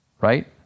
right